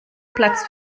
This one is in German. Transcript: platz